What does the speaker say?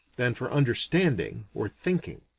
than for understanding or thinking.